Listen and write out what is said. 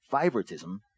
favoritism